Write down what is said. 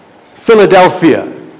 Philadelphia